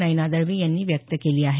नयना दळवी यांनी व्यक्त केली आहे